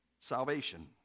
salvation